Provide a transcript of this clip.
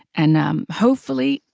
and um hopefully,